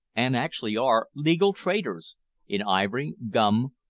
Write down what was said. and actually are, legal traders in ivory, gum,